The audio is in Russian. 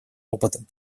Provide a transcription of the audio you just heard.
опытом